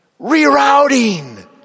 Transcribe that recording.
Rerouting